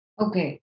Okay